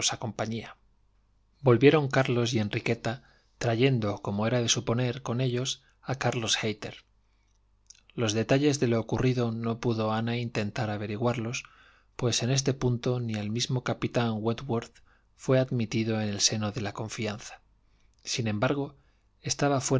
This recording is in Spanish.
compañía volvieron carlos y enriqueta trayendo como era de suponer con ellos a carlos hayter los detalles de lo ocurrido no pudo ana intentar averiguarlos pues en este punto ni el mismo capitán wentworth fué admitido en el seno de la confianza sin embargo estaba